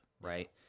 right